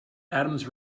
adams